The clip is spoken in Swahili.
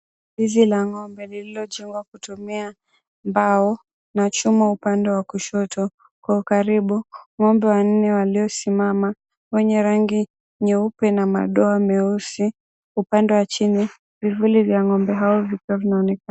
Zizi la ng'ombe lililojengwa kutumia mbao na chuma upande wa kushoto. Kwa ukaribu, ng'ombe wanne waliosimama wenye rangi nyeupe na madoa meusi. Upande wa chini vivuli vya ng'ombe hao vikiwa vinaonekana.